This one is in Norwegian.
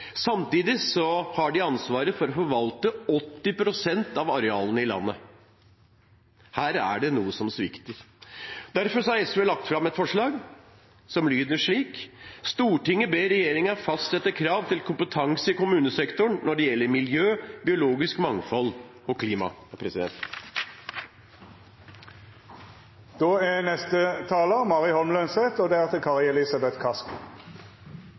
Samtidig har de ansvaret for å forvalte 80 pst. av arealene i landet. Her er det noe som svikter. Derfor har SV lagt fram et forslag som lyder slik: «Stortinget ber regjeringen fastsette krav til kompetanse i kommunesektoren når det gjelder miljø, biologisk mangfold og klima.» Det er en ganske fantasifull historieskriving som kommer fra venstresiden i denne debatten, for det